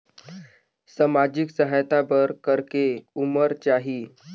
समाजिक सहायता बर करेके उमर चाही?